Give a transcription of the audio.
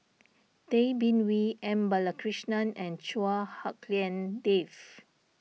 Tay Bin Wee M Balakrishnan and Chua Hak Lien Dave